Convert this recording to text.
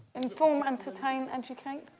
inform, entertain, educate?